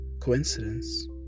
coincidence